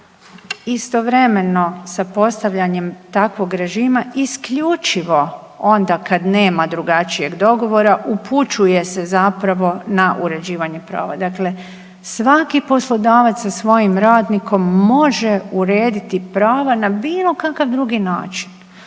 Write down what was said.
istovremeno sa postavljanjem takvog režima isključivo onda kad nema drugačijeg dogovora upućuje se zapravo na uređivanje prava. Dakle, svaki poslodavac sa svojim radnikom može urediti prava na bilo kakav drugi način.